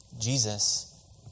Jesus